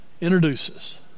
introduces